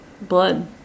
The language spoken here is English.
blood